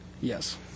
yes